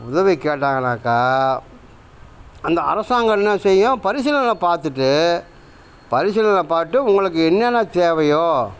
உதவி கேட்டாங்கன்னாக்கா அந்த அரசாங்கம் என்ன செய்யும் பரிசிலனை பார்த்துட்டு பரிசிலனை பார்த்து உங்களுக்கு என்னென்னா தேவையோ